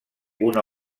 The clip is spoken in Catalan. una